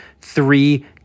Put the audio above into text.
three